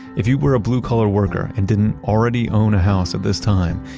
if you were a blue collar worker and didn't already own a house at this time,